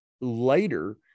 later